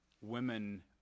women